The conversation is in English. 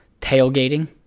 Tailgating